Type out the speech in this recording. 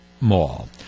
mall